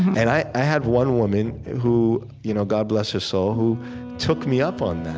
and i had one woman who, you know god bless her soul, who took me up on